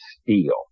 steel